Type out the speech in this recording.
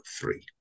three